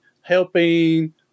helping